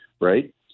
right